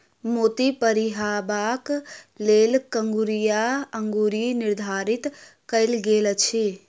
मोती पहिरबाक लेल कंगुरिया अंगुरी निर्धारित कयल गेल अछि